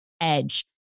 edge